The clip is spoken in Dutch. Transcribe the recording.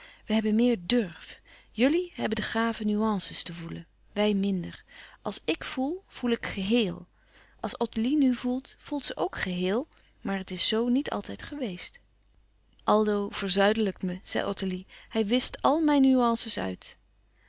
wij hebben meer durf jullie hebben de gave nuance's te voelen wij minder als ik voel voel ik geheél als ottilie nu voelt voelt ze ook gehéel maar het is zoo niet altijd geweest aldo verzuidelijkt me zei ottilie hij wischt àl mijn nuances uit